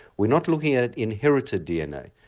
we're not looking at at inherited dna,